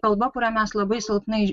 kalba kurią mes labai silpnai